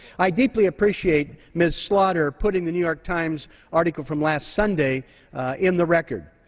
i deeply appreciate ms. slaughter putting the new york times article from last sunday in the record.